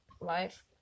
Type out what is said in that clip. life